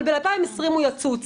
אבל ב-2020 הוא יצוץ.